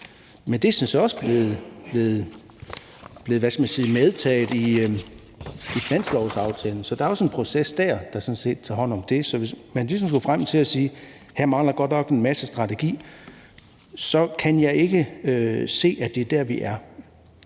hvad skal man sige, taget med i finanslovsaftalen, så der er også en proces dér, der sådan set tager hånd om det. Så hvis man ligesom når frem til at sige, at her mangler godt nok en masse strategi, kan jeg ikke se, at det er der, vi er.